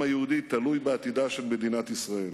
היהודי תלוי בעתידה של מדינת ישראל,